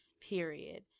period